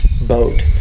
boat